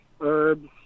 herbs